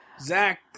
Zach